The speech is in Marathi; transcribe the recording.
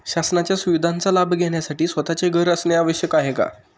शासनाच्या सुविधांचा लाभ घेण्यासाठी स्वतःचे घर असणे आवश्यक आहे का?